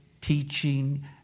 teaching